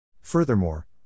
Furthermore